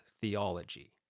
theology